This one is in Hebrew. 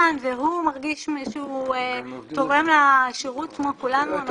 והוא מרגיש שהוא תורם לשירות כמו כולנו.